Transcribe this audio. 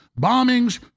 bombings